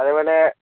അതേപോലെ